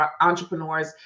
entrepreneurs